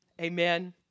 Amen